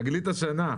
תגלית השנה.